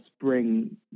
bring